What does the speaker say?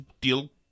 deal